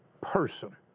person